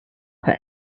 her